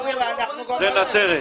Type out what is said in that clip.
זה לגבי נצרת.